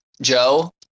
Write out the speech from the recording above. Joe